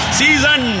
season